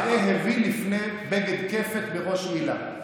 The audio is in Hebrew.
זה אהו"י לפני בג"ד כפ"ת בראש מילה.